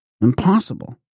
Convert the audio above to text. Impossible